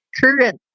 current